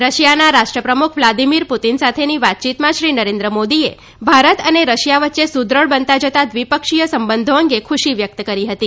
રશિયાના રાષ્ટ્ર પ્રમુખ વ્લાદીમીર પુતિન સાથેની વાતચીતમાં શ્રી નરેન્દ્ર મોદીએ ભારત અને રશિયા વચ્ચે સુદૃઢ બનતા જતા દ્વિપક્ષીય સંબંધો અંગે ખુશી વ્યક્ત કરી હતી